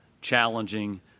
challenging